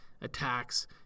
attacks